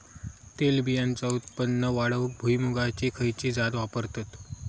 तेलबियांचा उत्पन्न वाढवूक भुईमूगाची खयची जात वापरतत?